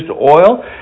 oil